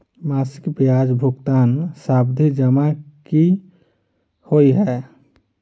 मासिक ब्याज भुगतान सावधि जमा की होइ है?